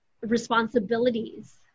responsibilities